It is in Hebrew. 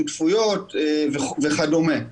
שותפויות וכדומה.